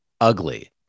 ugly